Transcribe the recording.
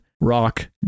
rock